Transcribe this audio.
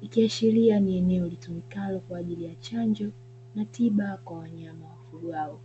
ikiashiria ni eneo litumikalo kwa ajili ya chanjo na tiba kwa wanyama wafugwao.